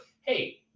hey